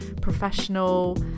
professional